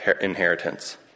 inheritance